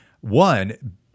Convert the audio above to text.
one